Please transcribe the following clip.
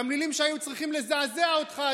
תמלילים שהיו צריכים לזעזע אותך,